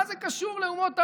מה זה קשור לאומות העולם?